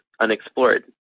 unexplored